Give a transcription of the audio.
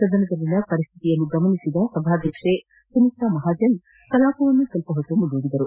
ಸದನದಲ್ಲಿನ ಪರಿಸ್ಥಿತಿ ಗಮನಿಸಿದ ಸಭಾಧ್ವಕ್ಷೆ ಸುಮಿತ್ರಾ ಮಹಾಜನ್ ಕಲಾಪವನ್ನು ಸ್ವಲ್ಪ ಹೊತ್ತಿಗೆ ಮುಂದೂಡಿದರು